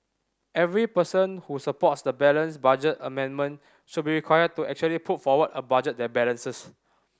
every person who supports the balanced budget amendment should be required to actually put forward a budget that balances